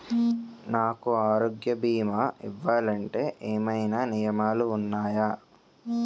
నాకు ఆరోగ్య భీమా ఇవ్వాలంటే ఏమైనా నియమాలు వున్నాయా?